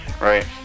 right